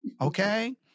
okay